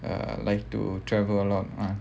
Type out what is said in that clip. err like to travel a lot ah